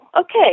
okay